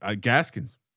Gaskins